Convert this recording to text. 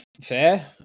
fair